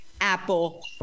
Apple